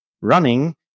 running